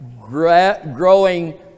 growing